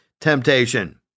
temptation